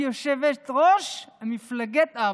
שהיא יושבת-ראש מפלגת העבודה.